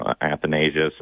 Athanasius